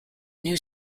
new